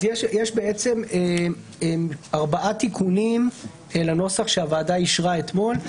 אז יש בעצם ארבעה תיקונים לנוסח שהוועדה אישרה אתמול.